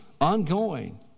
ongoing